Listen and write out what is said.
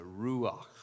ruach